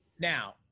now